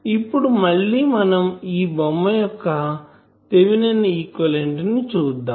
ఇప్పుడు మళ్ళి మనం ఈ బొమ్మ యొక్క థేవినిన్ ఈక్వివలెంట్ ను చూద్దాం